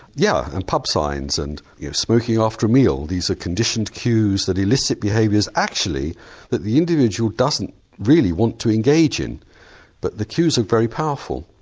yeah, and pub signs, and you know smoking after a meal, these are conditioned cues that elicit behaviours actually that the individual doesn't really want to engage in but the cues are very powerful.